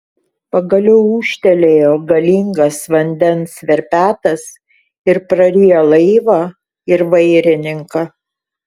pagaliau ūžtelėjo galingas vandens verpetas ir prarijo laivą ir vairininką